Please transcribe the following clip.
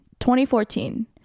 2014